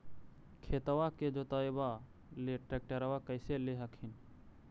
खेतबा के जोतयबा ले ट्रैक्टरबा कैसे ले हखिन?